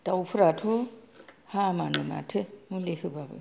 दाउफोराथ' हामानो माथो मुलि होबाबो